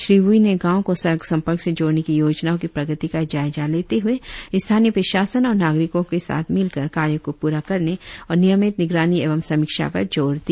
श्री वुई ने गांवो को सड़क संपर्क से जोड़ने की योजनाओं की प्रगति का जायजा लेते हुए स्थानीय प्रशासन और नागरिकों के साथ मिलकर कार्य को प्ररा करने और नियमित निगरानी एवं समीक्षा पर जोर दिया